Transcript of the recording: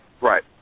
Right